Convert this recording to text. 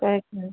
अच्छा